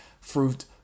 fruit